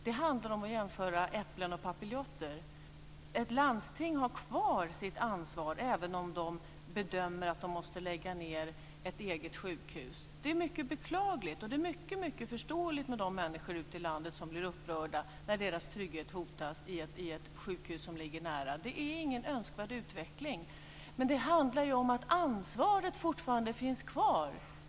Det handlar om att jämföra äpplen och papiljotter. Ett landsting har kvar sitt ansvar även om de bedömer att de måste lägga ned ett eget sjukhus. Det är mycket beklagligt, och det är mycket förståeligt med de människor ute i landet som blir upprörda när deras trygghet hotas i och nedläggning av ett sjukhus som ligger nära. Det är ingen önskvärd utveckling. Men det handlar om att ansvaret fortfarande finns kvar.